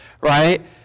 right